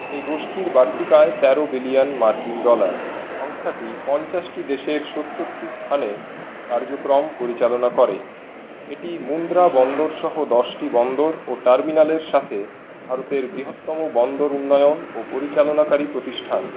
এই গোষ্ঠীর বার্ষিক আয় তেরো বিলিয়ন মার্কিন ডলার সংস্থাটি পঞ্চাশটি দেশের সত্তরটি স্থানে কার্যক্রম পরিচালনা করে এটি মুন্দ্রা বন্দর সহ দশটি বন্দর ও টার্মিনালের সাথে ভারতের বৃহত্তম বন্দর উন্নয়ন ও পরিচালনাকারী প্রতিষ্ঠান